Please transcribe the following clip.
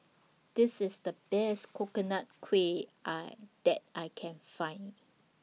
This IS The Best Coconut Kuih I that I Can Find